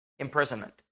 imprisonment